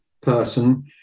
person